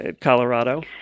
Colorado